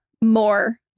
more